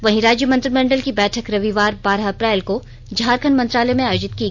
वहीं राज्य मंत्रिमंडल की बैठक रविवार बारह अप्रैल को झारखंड मंत्रालय में आयोजित की गई है